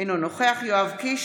אינו נוכח יואב קיש,